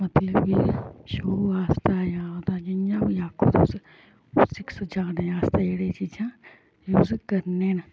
मतलब कि शो वास्तै जां जियां कोई आक्खो तुस उसी सजाने वास्तै ओह् जेह्ड़ी चीजां यूज करने न